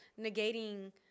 negating